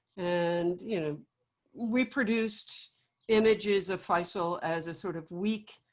and you know reproduced images of faisal as a sort of weak,